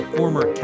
former